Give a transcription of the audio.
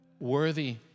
Worthy